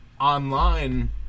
online